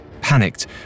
Panicked